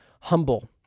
humble